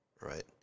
right